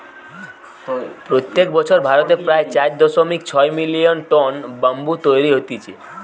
প্রত্যেক বছর ভারতে প্রায় চার দশমিক ছয় মিলিয়ন টন ব্যাম্বু তৈরী হতিছে